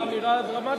זאת אמירה דרמטית.